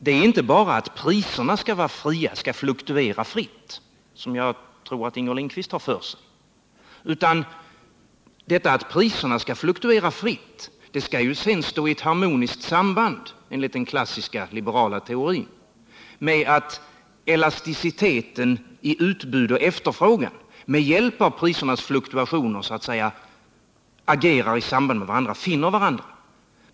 Det är inte bara — något som jag tror att Inger Lindquist har för sig — att priserna skall fluktuera fritt. Att priserna fluktuerar fritt skall enligt den klassiska liberala teorin stå i ett harmoniskt samband med elasticiteten i utbud och efterfrågan, så att utbudet och efterfrågan — med hjälp av prisernas fluktuationer — agerar med varandra och så att säga finner varandra.